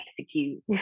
execute